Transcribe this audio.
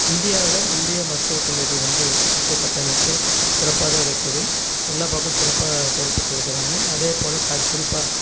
இந்தியாவில் இந்திய மருத்துவக் கல்லூரி வந்து மருத்துவக் கட்டமைப்பு சிறப்பாக தான் இருக்குது எல்லா பக்கமும் சிறப்பாக தான் செயல்பட்டு இருக்கிறாங்க அதேபோல் தன் குறிப்பாக